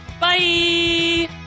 Bye